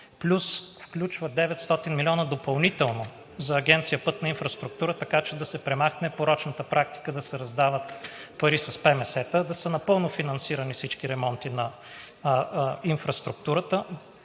плюс включва 900 млн. лв. допълнително за Агенция „Пътна инфраструктура“, така че да се премахне порочната практика да се раздават пари с ПМС-та, а да са напълно финансирани всички ремонти на инфраструктурата.